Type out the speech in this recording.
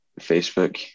Facebook